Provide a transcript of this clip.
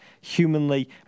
humanly